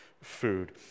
food